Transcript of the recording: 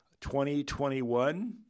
2021